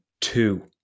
two